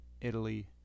Italy